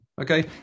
Okay